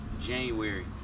January